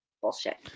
bullshit